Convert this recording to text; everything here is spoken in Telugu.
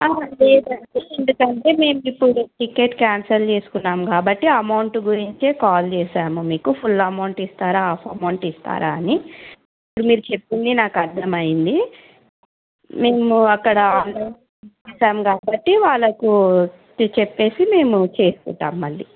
లేదండి ఎందుకంటే మేము ఇప్పుడు టికెట్ క్యాన్సల్ చేసుకున్నాం కాబట్టి అమౌంట్ గురించే కాల్ చేసాము మీకు ఫుల్ అమౌంట్ ఇస్తారా హాఫ్ అమౌంట్ ఇస్తారా అని ఇప్పుడు మీరు చెప్పింది నాకు అర్థమయంది మేము అక్కడ ఆన్లన్స్తాం కాబట్టి వాళ్ళకు చెప్పేసి మేము చేసుకుంటాం మళ్ళీ